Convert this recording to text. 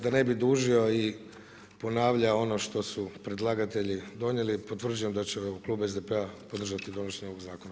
Da ne bi dužio i ponavljao ono što su predlagatelji donijeli, potvrđujem da će klub SDP-a podržati donošenje ovog zakona.